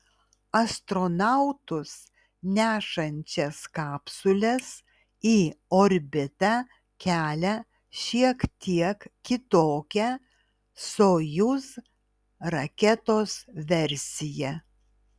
astronautus nešančias kapsules į orbitą kelia šiek tiek kitokia sojuz raketos versija